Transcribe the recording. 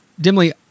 dimly